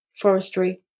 forestry